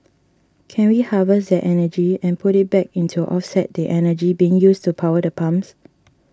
can we harvest that energy and put it back in to offset the energy being used to power the pumps